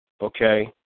okay